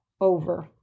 over